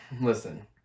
listen